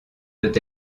peut